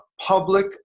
public